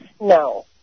No